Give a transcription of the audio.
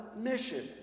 mission